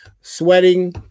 sweating